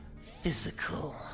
physical